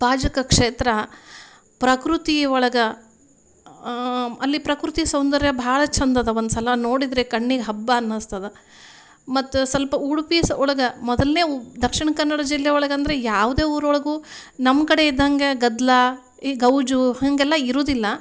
ಪಾಜಕ ಕ್ಷೇತ್ರ ಪ್ರಕೃತಿ ಒಳಗೆ ಅಲ್ಲಿ ಪ್ರಕೃತಿ ಸೌಂದರ್ಯ ಭಾಳ ಚೆಂದ ಇದೆ ಒಂದು ಸಲ ನೋಡಿದರೆ ಕಣ್ಣಿಗೆ ಹಬ್ಬ ಅನ್ನಿಸ್ತದೆ ಮತ್ತು ಸ್ವಲ್ಪ ಉಡುಪಿ ಒಳಗೆ ಮೊದಲ್ನೇ ದಕ್ಷಿಣ ಕನ್ನಡ ಜಿಲ್ಲೆ ಒಳಗಂದರೆ ಯಾವುದೇ ಊರೊಳಗೂ ನಮ್ಮ ಕಡೆ ಇದ್ದಾಗೆ ಗದ್ದಲ ಈ ಗೌಜು ಹಾಗೆಲ್ಲ ಇರುವುದಿಲ್ಲ